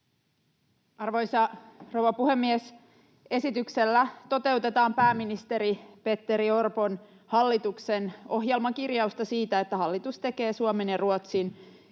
Arvoisa rouva puhemies! Esityksellä toteutetaan pääministeri Petteri Orpon hallituksen ohjelman kirjausta siitä, että hallitus tekee suomen ja ruotsin